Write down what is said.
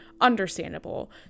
understandable